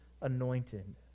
anointed